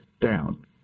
down